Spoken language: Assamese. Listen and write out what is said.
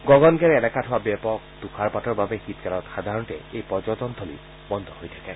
গগনগেৰ এলেকাত হোৱা ব্যাপক তুষাৰপাতৰ বাবে শীতকালত সাধাৰণতে এই পৰ্যটন থলী বন্ধ হৈ থাকে